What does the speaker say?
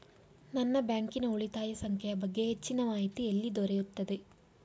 ನನ್ನ ಬ್ಯಾಂಕಿನ ಉಳಿತಾಯ ಸಂಖ್ಯೆಯ ಬಗ್ಗೆ ಹೆಚ್ಚಿನ ಮಾಹಿತಿ ಎಲ್ಲಿ ದೊರೆಯುತ್ತದೆ?